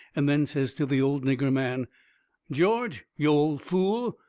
and then says to the old nigger man george, yo' old fool,